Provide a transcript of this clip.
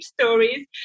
stories